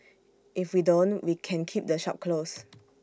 if we don't we can keep the shop closed